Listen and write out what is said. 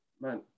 man